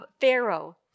Pharaoh